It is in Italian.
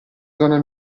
zona